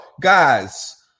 guys